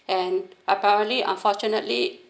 and apparently unfortunately